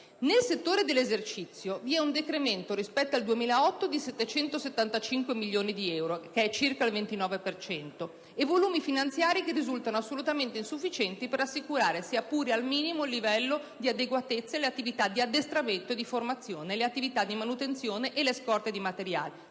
Nel settore dell'esercizio, rispetto al 2008, vi è un decremento di 775 milioni di euro (circa il 29 per cento) e i volumi finanziari risultano assolutamente insufficienti per assicurare, sia pure al minimo livello di adeguatezza, le attività di addestramento e di formazione, le attività di manutenzione e le scorte di materiali,